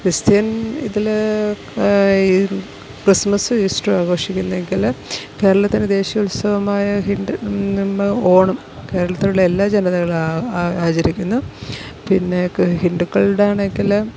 Christian ഇതിൽ ക്രിസ്മസും ഈസ്റ്ററും ആഘോഷിക്കുന്നെങ്കിൽ കേരളത്തിൻ്റെ ദേശീയ ഉത്സവമായ ഹിൻഡ് നമ്മൾ ഓണം കേരളത്തിലുള്ള എല്ലാ ജനതകളും ആ ആ ആചരിക്കുന്നു പിന്നെ ക് ഹിന്ദുക്കളുടെ ആണെങ്കിൽ